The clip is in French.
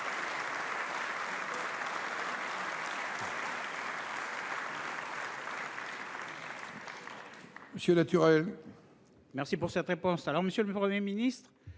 Merci